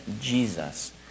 Jesus